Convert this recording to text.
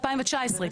2019,